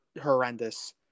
horrendous